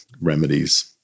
remedies